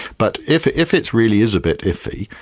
but if if it really is a bit iffy,